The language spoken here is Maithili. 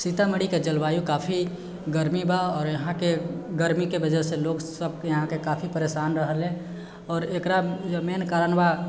सीतामढ़ीके जलवायु काफी गर्मी बा आओर इहाँके गर्मीके वजहसँ लोकसब इहाँके काफी परेशान रहलै आओर एकरामे मेन कारण बा